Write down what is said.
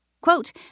Quote